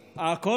אני?